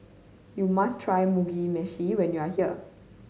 you must try Mugi Meshi when you are here